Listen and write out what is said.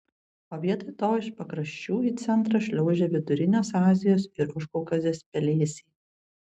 o vietoj to iš pakraščių į centrą šliaužia vidurinės azijos ir užkaukazės pelėsiai